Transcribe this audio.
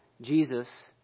Jesus